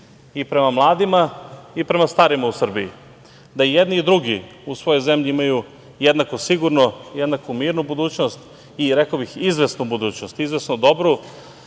i prema mladima i prema starima u Srbiji. Da jedni i drugi u svojoj zemlji imaju jednako sigurnu, jednako mirnu budućnost i rekao bih izvesnu budućnost, izvesno dobru